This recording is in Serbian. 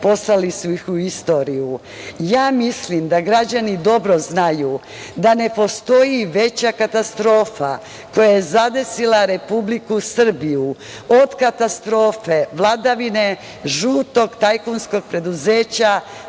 poslali su ih u istoriju. Ja mislim da građani dobro znaju da ne postoji veća katastrofa koja je zadesila Republiku Srbiju od katastrofe vladavine žutog tajkunskog preduzeća